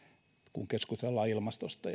kun keskustellaan ilmastosta